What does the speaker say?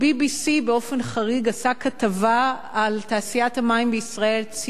ה-BBC באופן חריג עשה כתבה על תעשיית המים במדינת ישראל,